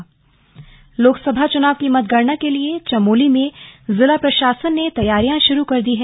slug मतगणना तैयारी चमोली लोकसभा चुनाव की मतगणना के लिए चमोली में जिला प्रशासन ने तैयारियां शुरू कर दी है